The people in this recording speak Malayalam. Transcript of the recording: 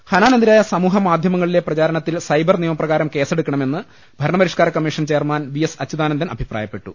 ഹനാനെതിരായ സമൂഹ മാധ്യമങ്ങളിലെ പ്രചരണത്തിൽ സൈബർ നിയമപ്രകാരം കേസെടുക്കണമെന്ന് ഭരണപരിഷ്കാര commission chairman V S Achuthanandan അഭിപ്രായപ്പെ ട്ടു